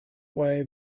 way